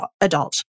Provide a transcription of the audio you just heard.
adult